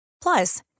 Plus